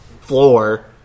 Floor